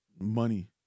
money